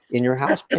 in your house. but